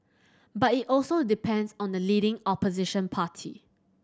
but it also depends on the leading Opposition party